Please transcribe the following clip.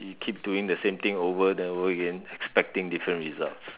you keep doing the same thing over and over again expecting different results